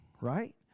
right